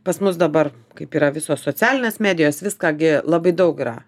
pas mus dabar kaip yra visos socialinės medijos viską gi labai daug yra